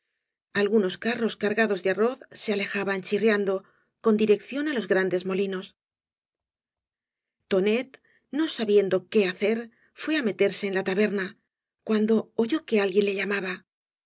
algunos carros cargados de arroz se alejaban chirriando con dirección á los grandes molinos tonet no sabiendo qué hacer fué á meterse en la taberna cuando oyó que alguien le llamaba